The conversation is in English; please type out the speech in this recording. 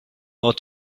more